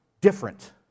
different